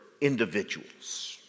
individuals